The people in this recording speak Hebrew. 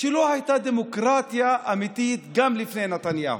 שלא הייתה דמוקרטיה אמיתית גם לפני נתניהו.